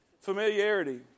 Familiarity